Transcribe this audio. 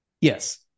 Yes